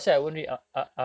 oo